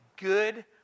good